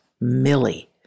Millie